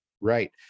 Right